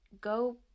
go